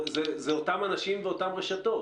אלה אותם אנשים ואותן רשתות.